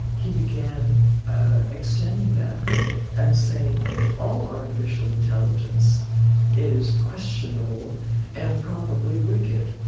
he began extending that and saying all artificial intelligence is questionable and probably wicked.